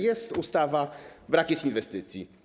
Jest ustawa, brak jest inwestycji.